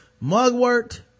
Mugwort